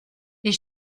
les